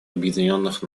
объединенных